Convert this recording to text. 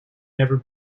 never